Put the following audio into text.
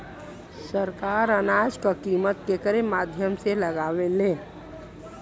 सरकार अनाज क कीमत केकरे माध्यम से लगावे ले?